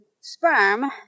sperm